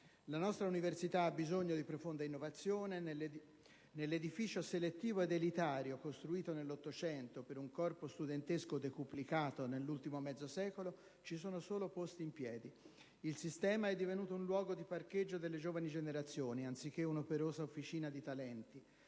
La nostra università ha bisogno di profonda innovazione: nell'edificio selettivo ed elitario costruito nell'Ottocento per un corpo studentesco decuplicato nell'ultimo mezzo secolo ci sono solo posti in piedi. Il sistema è divenuto un luogo di parcheggio delle giovani generazioni anziché un'operosa officina di talenti.